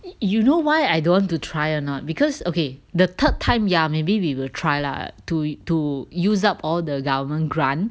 you know why I don't want to try or not because okay the third time ya maybe we will try lah to to use up all the government grant